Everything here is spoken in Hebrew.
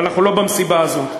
אבל אנחנו לא במסיבה הזאת.